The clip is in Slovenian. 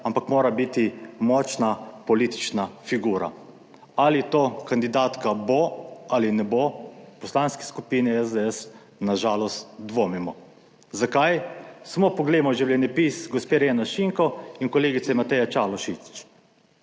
ampak mora biti močna politična figura. Ali to kandidatka bo ali ne bo, v Poslanski skupini SDS na žalost dvomimo. Zakaj? Samo poglejmo življenjepis gospe Irene Šinko in kolegice Mateje Čalušić.